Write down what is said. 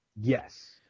Yes